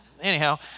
anyhow